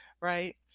Right